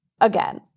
again